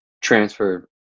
transfer